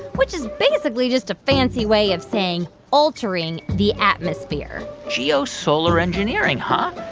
which is basically just a fancy way of saying altering the atmosphere geo-solar engineering, huh?